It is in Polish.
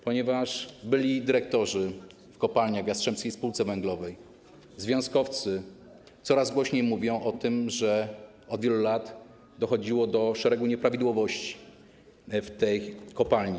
Ponieważ byli dyrektorzy w kopalniach w Jastrzębskiej Spółce Węglowej, związkowcy coraz głośniej mówią o tym, że od wielu lat dochodziło do szeregu nieprawidłowości w tej kopalni.